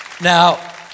Now